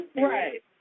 right